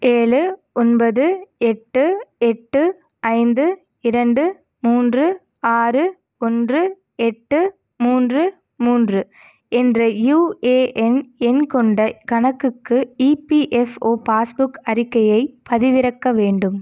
ஏழு ஒன்பது எட்டு எட்டு ஐந்து இரண்டு மூன்று ஆறு ஒன்று எட்டு மூன்று மூன்று என்ற யூஏஎன் எண் கொண்ட கணக்குக்கு இபிஎஃப்ஓ பாஸ் புக் அறிக்கையை பதிவிறக்க வேண்டும்